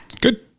Good